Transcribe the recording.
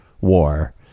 War